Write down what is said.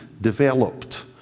developed